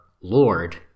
lord